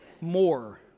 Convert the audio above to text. more